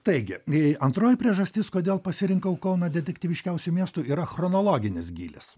taigi antroji priežastis kodėl pasirinkau kauną detektyviškiausiu miestu yra chronologinis gylis